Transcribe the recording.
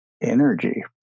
energy